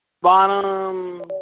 Bottom